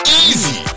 easy